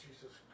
Jesus